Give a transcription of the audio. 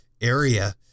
area